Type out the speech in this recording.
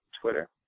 Twitter